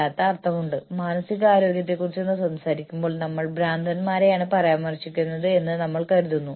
ലാഭത്തിലേക്കുള്ള ഹ്രസ്വകാല സംഭാവനയെക്കാൾ തന്ത്രപരമായ നേട്ടങ്ങൾ രൂപകൽപ്പന ചെയ്യുക